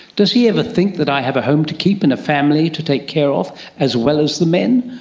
does he ever think that i have a home to keep and a family to take care of as well as the men?